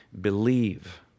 believe